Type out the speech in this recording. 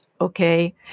okay